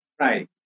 right